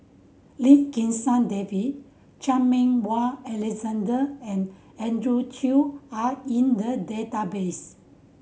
Lim Kim San David Chan Meng Wah Alexander and Andrew Chew are in the database